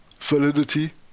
validity